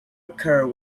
occur